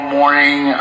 morning